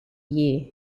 year